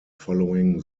following